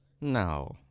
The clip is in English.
No